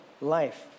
life